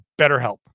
BetterHelp